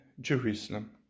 Jerusalem